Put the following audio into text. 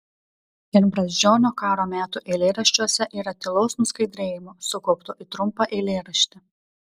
ir brazdžionio karo metų eilėraščiuose yra tylaus nuskaidrėjimo sukaupto į trumpą eilėraštį